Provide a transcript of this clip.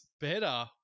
better